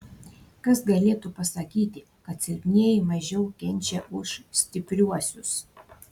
kas galėtų pasakyti kad silpnieji mažiau kenčia už stipriuosius